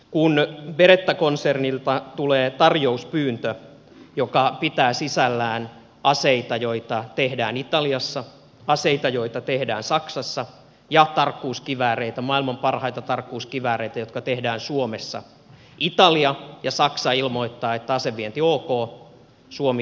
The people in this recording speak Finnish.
kun beretta konsernilta tulee tarjouspyyntö joka pitää sisällään aseita joita tehdään italiassa aseita joita tehdään saksassa ja maailman parhaita tarkkuuskivääreitä jotka tehdään suomessa italia ja saksa ilmoittavat että asevienti ok suomi ilmoittaa ei käy